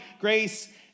grace